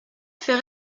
fait